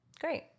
great